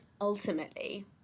ultimately